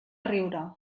riure